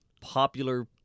popular